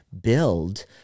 build